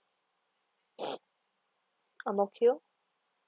ang mo kio